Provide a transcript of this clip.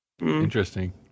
Interesting